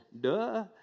Duh